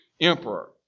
emperor